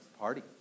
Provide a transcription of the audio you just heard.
party